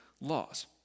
laws